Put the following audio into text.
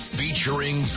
featuring